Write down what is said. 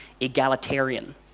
egalitarian